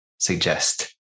suggest